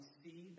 see